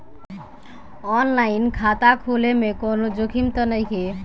आन line खाता खोले में कौनो जोखिम त नइखे?